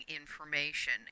information